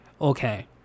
okay